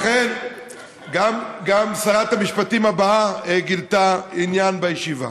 לכן, גם שרת המשפטים הבאה גילתה עניין בישיבה.